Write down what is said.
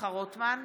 שמחה רוטמן,